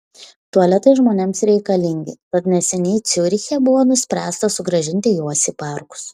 tualetai žmonėms reikalingi tad neseniai ciuriche buvo nuspręsta sugrąžinti juos į parkus